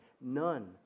none